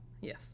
Yes